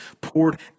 poured